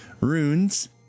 runes